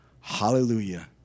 Hallelujah